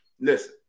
Listen